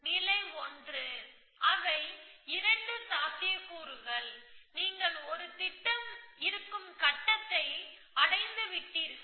நிலை 1 அவை 2 சாத்தியக்கூறுகள் நீங்கள் ஒரு திட்டம் இருக்கும் கட்டத்தை அடைந்துவிட்டீர்கள்